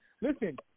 Listen